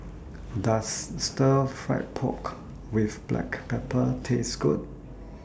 Does Stir Fried Pork with Black Pepper Taste Good